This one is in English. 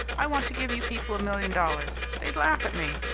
i want to give you people a million dollars they'd laugh at me!